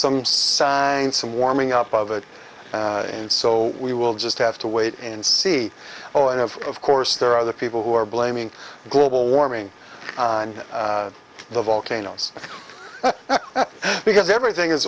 signs some warming up of it and so we will just have to wait and see oh and of of course there are other people who are blaming global warming on the volcanoes because everything is